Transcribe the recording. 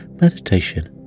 meditation